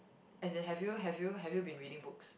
as in have you have you have you been reading books